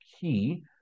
Key